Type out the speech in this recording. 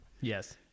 Yes